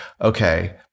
okay